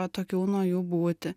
atokiau nuo jų būti